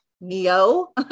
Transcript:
Neo